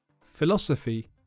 Philosophy